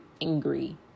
angry